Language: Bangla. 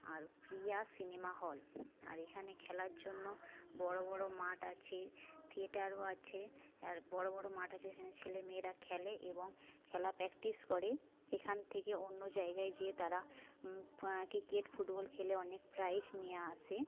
আর প্রিয়া সিনেমা হল আর এখানে খেলার জন্য বড় বড় মাঠ আছে থিয়েটারও আছে আর বড় বড় মাঠ আছে সেখানে ছেলে মেয়েরা খেলে এবং খেলা প্র্যাকটিস করে এখান থেকে অন্য জায়গায় যেয়ে তারা ক্রিকেট ফুটবল খেলে অনেক প্রাইজ নিয়ে আসে